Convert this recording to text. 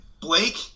Blake